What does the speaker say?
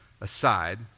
aside